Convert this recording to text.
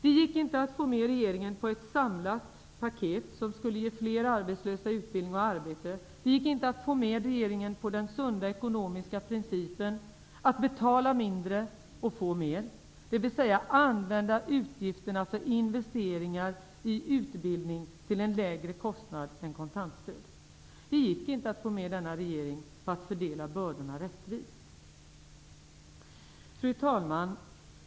Det gick inte att få regeringen med på ett samlat paket som skulle ge fler arbetslösa utbildning och arbete. Det gick inte att få med regeringen på den sunda ekonomiska principen att betala mindre och att få mer, dvs. att använda utgifterna för investeringar i utbildning till en lägre kostnad än kontantstöd. Det gick inte att få med denna regering på att fördela bördorna rättvist. Fru talman!